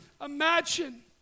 imagine